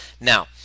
Now